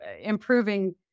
improving